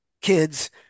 kids